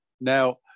now